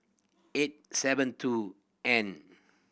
eight seven two N